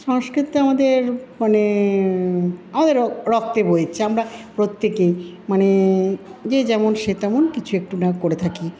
সংস্কৃত্তে আমাদের মানে আমাদের রক্তে বইছে আমরা প্রত্যেকেই মানে যে যেমন সে তেমন কিছু একটু না করে থাকি